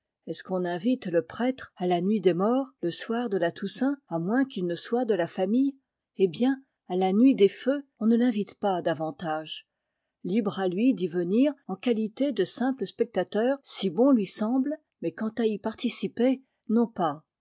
est-ce qu'on invite le prêtre à la nuit des morts le soir de la toussaint à moins qu'il ne soit de la famille eh bien à la nuit des feux on ne l'invite pas davantage libre à lui d'y venir en qualité de simple spectateur si bon lui semble mais quant à y participer non pas